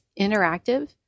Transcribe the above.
interactive